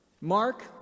Mark